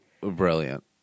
brilliant